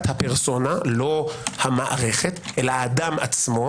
הפרסונה לא המערכת אלא האדם עצמו?